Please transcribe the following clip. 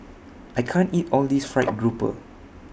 I can't eat All This Fried Grouper